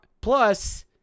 Plus